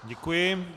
Děkuji.